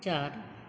चारि